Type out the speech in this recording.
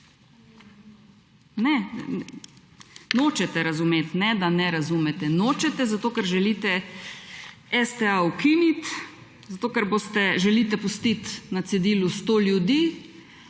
Ne, nočete razumeti ne, da ne razumete. Nočete, zato ker želite STA ukiniti, zato ker želite pustiti na cedilu 100 ljudi